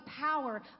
power